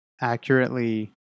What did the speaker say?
accurately